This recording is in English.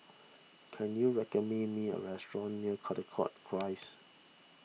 can you recommend me a restaurant near Caldecott Close